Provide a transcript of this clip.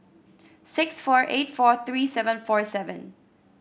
six four eight four three seven four seven